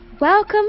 welcome